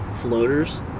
floaters